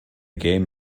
game